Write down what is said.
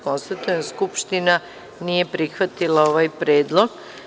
Konstatujem da Skupština nije prihvatila ovaj predlog.